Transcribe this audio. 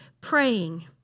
praying